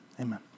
amen